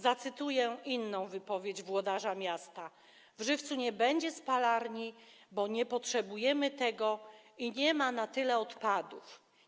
Zacytuję inną wypowiedź włodarza miasta: W Żywcu nie będzie spalarni, bo nie potrzebujemy tego i nie ma na tyle odpadów.